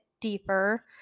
deeper